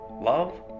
love